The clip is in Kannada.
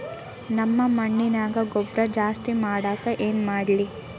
ನಮ್ಮ ಮಣ್ಣಿನ್ಯಾಗ ಗೊಬ್ರಾ ಜಾಸ್ತಿ ಮಾಡಾಕ ಏನ್ ಮಾಡ್ಲಿ?